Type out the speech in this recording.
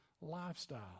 lifestyle